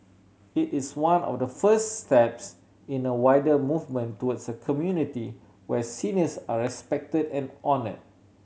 it is one of the first steps in a wider movement towards a community where seniors are respected and honour